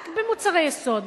רק במוצרי יסוד,